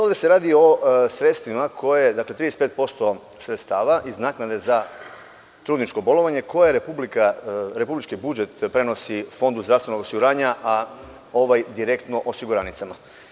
Ovde se radi o sredstvima, dakle 35% sredstava iz naknade za trudničko bolovanje, koje republički budžet prenosi Fondu zdravstvenog osiguranja, a ovaj direktno osiguranicama.